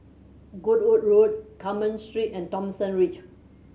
Goodwood Road Carmen Street and Thomson Ridge